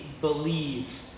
believe